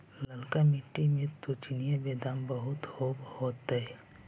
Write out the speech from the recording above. ललका मिट्टी मे तो चिनिआबेदमां बहुते होब होतय?